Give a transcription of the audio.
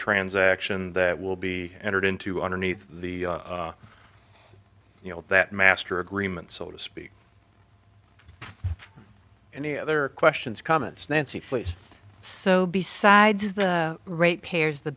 transaction that will be entered into underneath the you know that master agreement so to speak any other questions comments nancy please so besides the rate payers the